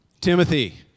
Timothy